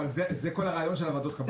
אבל זה כל הרעיון של ועדות הקבלה.